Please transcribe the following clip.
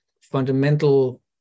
fundamental